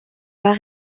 pas